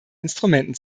instrumenten